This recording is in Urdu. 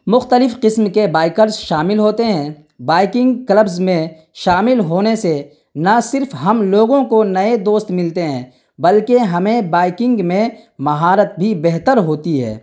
مختلف قسم کے بائکرز شامل ہوتے ہیں بائکنگ کلبز میں شامل ہونے سے نہ صرف ہم لوگوں کو نئے دوست ملتے ہیں بلکہ ہمیں بائکنگ میں مہارت بھی بہتر ہوتی ہے